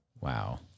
Wow